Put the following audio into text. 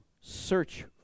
search